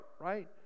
right